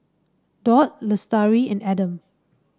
Daud Lestari and Adam